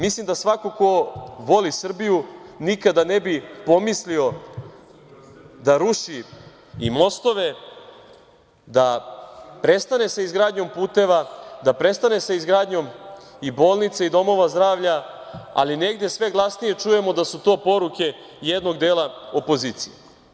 Mislim da svako ko voli Srbiju nikada ne bi pomislio da ruši i mostove, da prestane sa izgradnjom puteva, da prestane sa izgradnjom i bolnica i domova zdravlja, ali negde sve glasnije čujemo da su to poruke jednog dela opozicije.